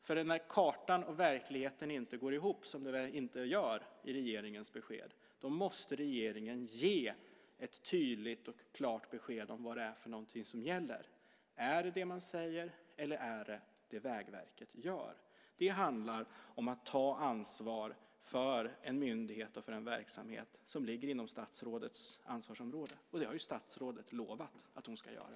När kartan och verkligheten inte går ihop, som de inte gör i regeringens besked, måste regeringen ge ett tydligt och klart besked om vad det är för någonting som gäller. Är det det man säger, eller är det det Vägverket gör? Det handlar om att ta ansvar för en myndighet och för en verksamhet som ligger inom statsrådets ansvarsområde, och det har ju statsrådet lovat att hon ska göra.